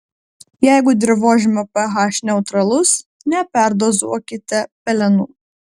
jeigu dirvožemio ph neutralus neperdozuokite pelenų